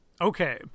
Okay